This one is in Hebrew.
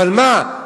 אבל מה,